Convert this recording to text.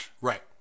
Right